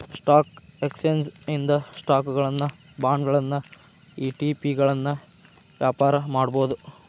stock exchange ಇಂದ ಸ್ಟಾಕುಗಳನ್ನ ಬಾಂಡ್ಗಳನ್ನ ಇ.ಟಿ.ಪಿಗಳನ್ನ ವ್ಯಾಪಾರ ಮಾಡಬೋದು